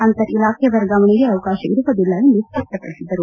ಅಂತರ್ ಇಲಾಖೆ ವರ್ಗಾವಣೆಗೆ ಅವಕಾಶ ಇರುವುದಿಲ್ಲ ಎಂದು ಸ್ಪಷ್ಟಪಡಿಸಿದರು